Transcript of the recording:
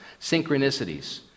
synchronicities